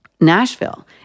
Nashville